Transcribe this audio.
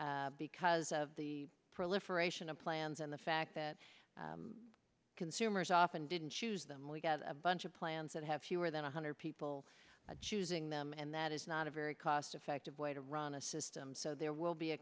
year because of the proliferation of plans and the fact that consumers often didn't choose them we got a bunch of plans that have fewer than one hundred people choosing them and that is not a very cost effective way to run a system so there will be a